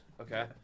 okay